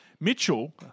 Mitchell